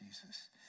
Jesus